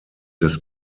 des